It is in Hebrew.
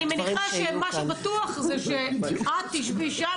אני מניחה שמה שבטוח שאת תשבי שם,